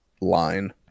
line